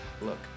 Look